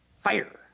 Fire